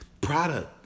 Product